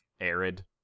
Arid